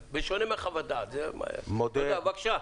--- בבקשה,